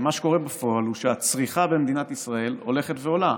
מה שקורה בפועל הוא שהצריכה במדינת ישראל הולכת ועולה.